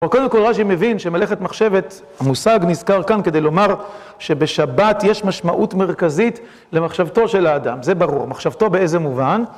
קודם כל, ראז'י מבין שמלאכת מחשבת, המושג נזכר כאן כדי לומר שבשבת יש משמעות מרכזית למחשבתו של האדם, זה ברור, מחשבתו באיזה מובן.